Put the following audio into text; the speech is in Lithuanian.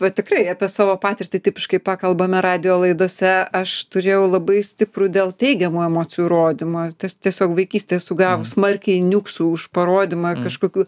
va tikrai apie savo patirtį tipiškai pakalbame radijo laidose aš turėjau labai stiprų dėl teigiamų emocijų rodymo tiesiog vaikystėj sugavus smarkiai niuksų už parodymą kažkokių